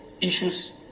issues